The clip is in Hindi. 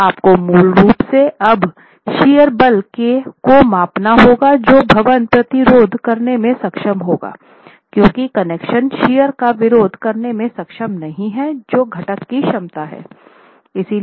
तो आपको मूल रूप से अब शियर बल को मापना होगा जो भवन प्रतिरोध करने में सक्षम होगा क्योंकि कनेक्शन शियर का विरोध करने में सक्षम नहीं हैं जो घटक कि क्षमता हैं